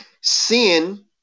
sin